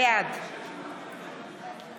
בעד